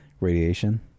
Radiation